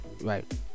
right